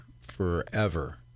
forever